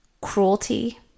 cruelty